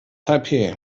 taipeh